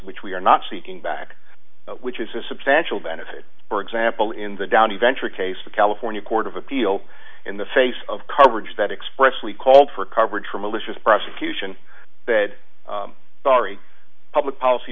which we are not seeking back which is a substantial benefit for example in the downey venture case the california court of appeal in the face of coverage that expression we called for coverage for malicious prosecution that sorry public policy